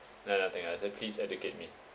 no~ nothing I say please educate me